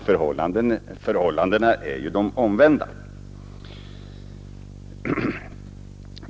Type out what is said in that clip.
Förhållandet är helt omvänt.